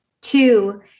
Two